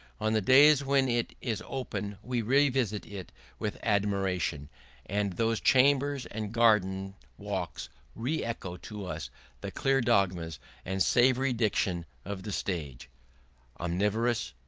on the days when it is open we revisit it with admiration and those chambers and garden walks re-echo to us the clear dogmas and savoury diction of the sage omnivorous,